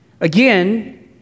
again